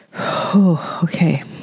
Okay